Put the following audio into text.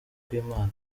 kw’imana